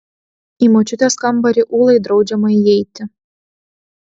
į močiutės kambarį ūlai draudžiama įeiti